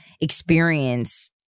experience